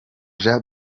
jean